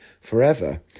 forever